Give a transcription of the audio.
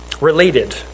Related